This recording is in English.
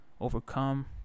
overcome